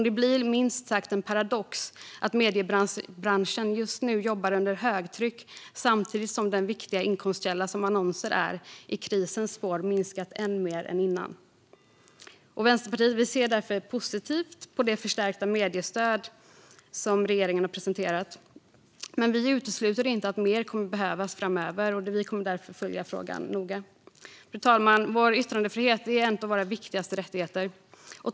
Det blir minst sagt en paradox att mediebranschen just nu jobbar under högtryck samtidigt som den viktiga inkomstkälla som annonser utgör i krisens spår har minskat än mer än tidigare. Vänsterpartiet ser därför positivt på det förstärkta mediestöd som regeringen har presenterat. Men vi utesluter inte att mer kommer att behövas framöver. Vi kommer därför att följa frågan noga. Fru talman! Vår yttrandefrihet är en av de viktigaste rättigheterna.